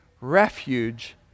refuge